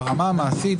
ברמה המעשית,